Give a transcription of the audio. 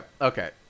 okay